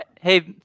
hey